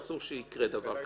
אסור שיקרה דבר כזה.